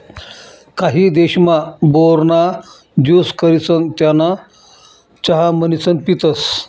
काही देशमा, बोर ना ज्यूस करिसन त्याना चहा म्हणीसन पितसं